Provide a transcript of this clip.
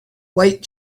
wait